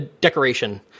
decoration